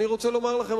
אני רוצה לומר לכם,